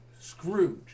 Scrooge